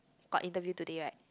got interview today right